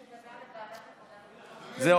התש"ף 2020,